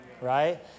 right